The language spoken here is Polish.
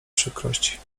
przykrości